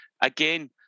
again